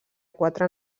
quatre